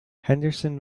henderson